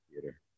theater